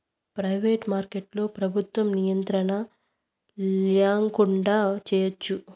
private మార్కెట్లో ప్రభుత్వ నియంత్రణ ల్యాకుండా చేయచ్చు